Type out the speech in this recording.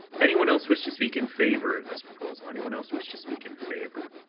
anyone else wish to speak in favour of this proposal? anyone else wish to speak in favour?